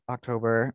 October